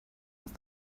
what